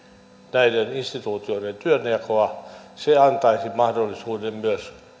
näiden instituutioiden työnjakoa se antaisi mahdollisuuden myös